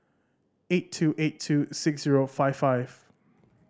eight two eight two six zero five five